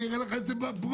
אני אראה לך את זה בפרוטוקול,